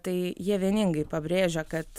tai jie vieningai pabrėžia kad